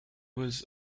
was